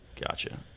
Gotcha